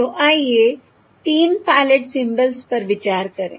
तो आइए तीन पायलट सिंबल्स पर विचार करें